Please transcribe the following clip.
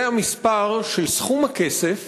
זה המספר של סכום הכסף